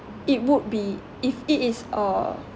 it would be if it is a